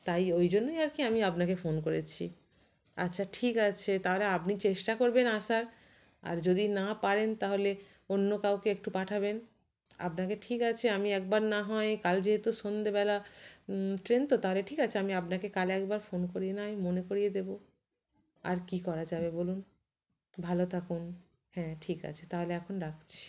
তাই ওই জন্যই আর কি আমি আপনাকে ফোন করেছি আচ্ছা ঠিক আছে তাহলে আপনি চেষ্টা করবেন আসার আর যদি না পারেন তাহলে অন্য কাউকে একটু পাঠাবেন আপনাকে ঠিক আছে আমি একবার না হয় কাল যেহেতু সন্ধেবেলা ট্রেন তো তাহলে ঠিক আছে আমি আপনাকে কাল একবার ফোন করে নয় মনে করিয়ে দেবো আর কি করা যাবে বলুন ভালো থাকুন হ্যাঁ ঠিক আছে তাহলে এখন রাখছি